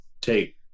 take